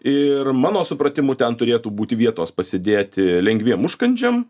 ir mano supratimu ten turėtų būti vietos pasidėti lengviem užkandžiam